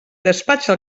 despatxa